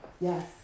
Yes